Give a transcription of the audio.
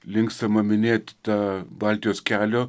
linkstama minėt tą baltijos kelio